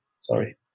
Sorry